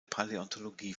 paläontologie